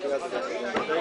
11:30.